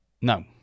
No